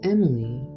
Emily